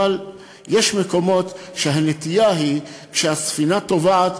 אבל יש מקומות שהנטייה היא: כשהספינה טובעת,